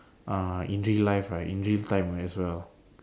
uh in real life right in real time as well